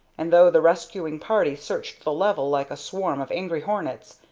and though the rescuing party searched the level like a swarm of angry hornets,